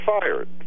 fired